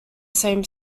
same